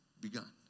begun